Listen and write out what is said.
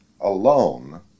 alone